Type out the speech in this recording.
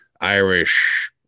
Irish